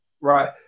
right